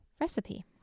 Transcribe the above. recipe